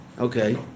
Okay